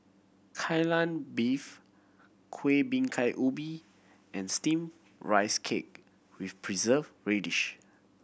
Kai Lan Beef Kueh Bingka Ubi and Steamed Rice Cake with Preserved Radish